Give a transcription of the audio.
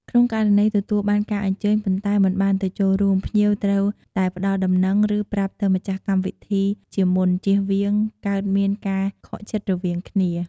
ក្នុងករណីទទួលបានការអញ្ជើញ ប៉ុន្តែមិនបានទៅចូលរួម ភ្ញៀងត្រូវតែផ្ដល់ដំណឹង ឬ ប្រាប់ទៅម្ចាស់កម្មវិធីជាមុន ជៀសវាង កើតមានការខកចិត្តរវាងគ្នា។